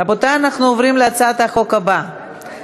ההצעה להעביר את הצעת חוק השידור הציבורי הישראלי (תיקון,